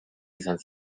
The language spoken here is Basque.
izan